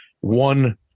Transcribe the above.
One